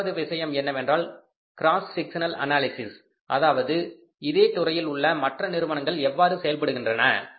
இரண்டாவது விஷயம் என்னவென்றால் கிராஸ் செக்ஷன் அனாலிசிஸ் அதாவது இதே துறையில் உள்ள மற்ற நிறுவனங்கள் எவ்வாறு செயல்படுகின்றன